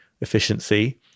efficiency